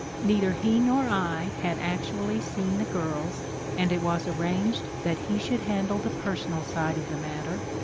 neither he nor i had actually seen the girls, and it was arranged that he should handle the personal side of the matter,